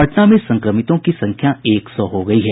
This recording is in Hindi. पटना में संक्रमितों की संख्या एक सौ हो गयी है